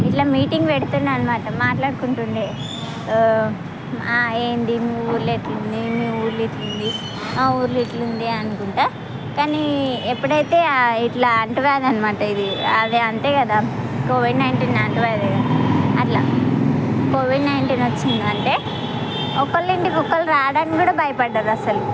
ఇట్లా మీటింగ్ పెడుతుండే అనమాట మాట్లాడుకుంటుండే ఆ ఏంటి మీ ఊర్లో ఎట్లుంది మీ ఊర్లో ఇట్లుంది ఆ ఊర్లో ఇట్లుంది అనుకుంటా కానీ ఎప్పుడైతే ఇట్లా అంటువ్యాధి అన్నమాట ఇది అంతే కదా కోవిడ్ నైన్టీన్ అంటువ్యాదేగా అట్లా కోవిడ్ నైన్టీన్ వచ్చిందంటే ఒకరి ఇంటికి ఒకరు రావడానికి కూడా భయపడ్డారు అసలు